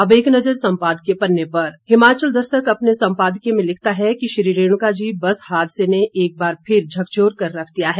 अब एक नज़र सम्पादकीय पन्ने पर हिमाचल दस्तक अपने सम्पादकीय में लिखता है कि श्रीरेणुकाजी बस हादसे ने एक बार फिर झकझोर कर रख दिया है